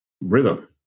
rhythm